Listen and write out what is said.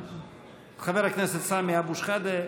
חבר הכנסת סמי אבו שחאדה,